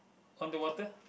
on the water